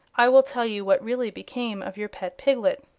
i will tell you what really became of your pet piglet.